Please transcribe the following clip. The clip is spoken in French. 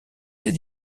ses